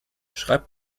schreibt